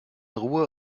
ruhe